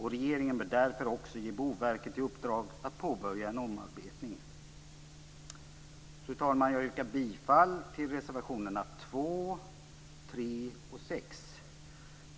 Därför bör också regeringen ge Boverket i uppdrag att påbörja en omarbetning. Fru talman! Jag yrkar bifall till reservationerna 2, 3 och 6.